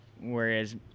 Whereas